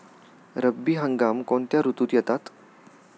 रब्बी हंगाम कोणत्या ऋतूत येतात?